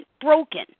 broken